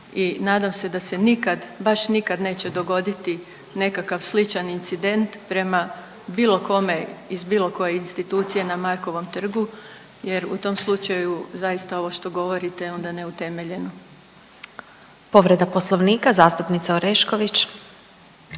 nadam se da se nikad, baš nikad neće dogoditi nekakav sličan incident prema bilo kome iz bilo koje institucije na Markovom trgu, jer u tom slučaju zaista ovo što govorite je onda neutemeljeno.